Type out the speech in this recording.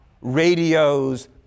radios